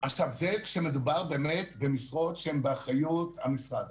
זה כשמדובר באמת במשרות שהן באחריות המשרד.